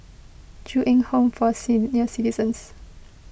Ju Eng Home for Senior Citizens